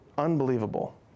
Unbelievable